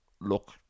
look